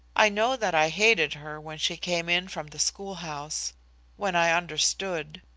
i know that i hated her when she came in from the schoolhouse when i understood.